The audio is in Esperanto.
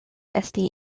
esti